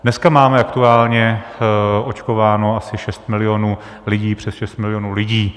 Dneska máme aktuálně očkováno asi 6 milionů lidí, přes 6 milionů lidí.